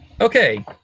Okay